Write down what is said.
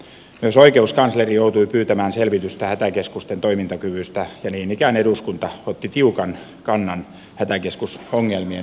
myös oikeuskansleri joutui pyytämään selvitystä hätäkeskusten toimintakyvystä ja niin ikään eduskunta otti tiukan kannan hätäkeskusongelmien ratkaisemiseksi